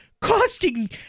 costing